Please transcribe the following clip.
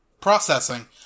processing